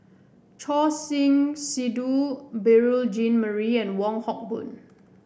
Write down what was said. Choor Singh Sidhu Beurel Jean Marie and Wong Hock Boon